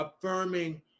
affirming